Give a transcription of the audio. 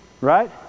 Right